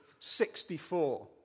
64